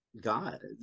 God